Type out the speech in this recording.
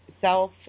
self